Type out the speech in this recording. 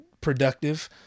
productive